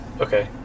Okay